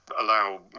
allow